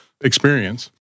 experience